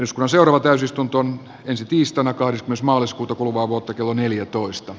ismo seuraava täysistunto ensi tiistaina kahdeksas maaliskuuta kuluvaa vuotta kello neljätoista